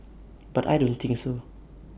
but I don't think so